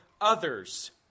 others